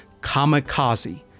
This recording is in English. Kamikaze